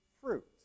fruit